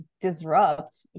disrupt